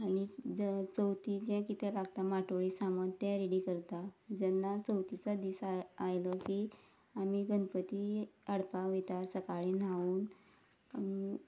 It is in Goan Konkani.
आनी चवथीक जें कितें लागता माटोळे सामान तें रेडी करता जेन्ना चवथीचो दीस आयलो की आमी गणपती हाडपा वयता सकाळी न्हांवून